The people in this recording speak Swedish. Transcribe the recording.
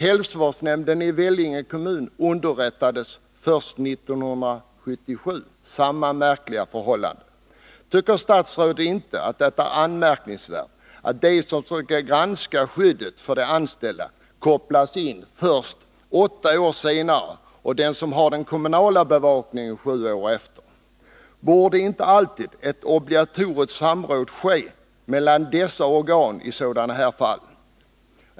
Hälsovårdsnämnden i Vällinge kommun underrättadess först 1977 — samma märkliga förhållande. Tycker statsrådet inte att det är anmärkningsvärt att de som skall granska skyddet för de anställda kopplas in först åtta år senare och den som har den kommunala bevakningen sju år senare? Borde inte alltid ett obligatoriskt samråd ske mellan dessa organ i sådana här fall?